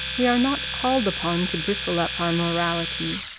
we are not called upon to bristle up our morality,